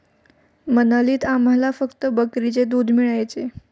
मनालीत आम्हाला फक्त बकरीचे दूध मिळायचे